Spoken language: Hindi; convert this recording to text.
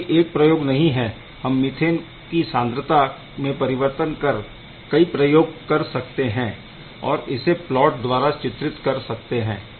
यह कोई एक प्रयोग नहीं है हम मीथेन की सांद्रता में परिवर्तन कर कई प्रयोग कर सकते है और इसे प्लॉट द्वारा चित्रित कर सकते है